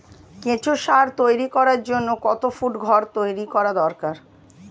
কেঁচো সার তৈরি করার জন্য কত ফুট ঘর তৈরি করা দরকার?